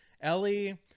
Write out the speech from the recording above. Ellie